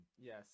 Yes